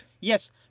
Yes